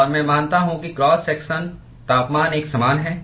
और मैं मानता हूं कि क्रॉस सेक्शन तापमान एक समान है